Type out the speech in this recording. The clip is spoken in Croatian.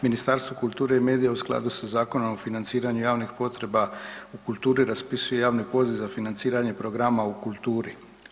Ministarstvo kulture i medija u skladu sa Zakonom o financiranju javnih potreba u kulturi raspisuje javni poziv za financiranje programa u kulturi.